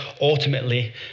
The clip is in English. ultimately